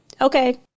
okay